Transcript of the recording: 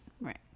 right